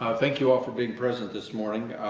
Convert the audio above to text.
thank you all for being present this morning.